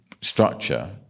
structure